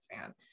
fan